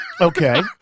Okay